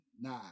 nine